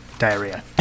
diarrhea